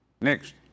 Next